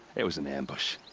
it was an ambush.